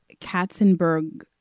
Katzenberg